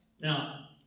Now